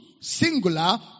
singular